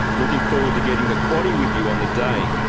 looking forward to getting the quaddie with you on the day.